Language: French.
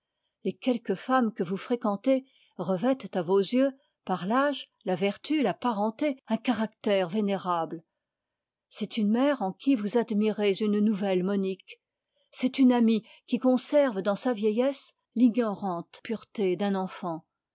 les quelques femmes que vous fréquentez revêtent à vos yeux par l'âge la vertu la parenté un caractère vénérable c'est une mère en qui vous admirez une nouvelle monique c'est une amie qui conserve dans sa vieillesse l'ignorante pureté d'un enfant